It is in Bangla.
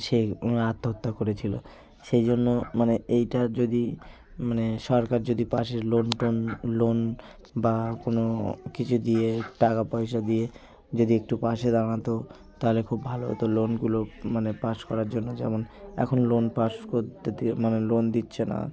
সেই উনি আত্মহত্যা করেছিলো সেই জন্য মানে এইটার যদি মানে সরকার যদি পাশের লোন টোন লোন বা কোনো কিছু দিয়ে টাকা পয়সা দিয়ে যদি একটু পাশে দাঁড়াতো তালে খুব ভালো হতো লোনগুলো মানে পাশ করার জন্য যেমন এখন লোন পাশ করতে দিয়ে মানে লোন দিচ্ছে না